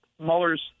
Mueller's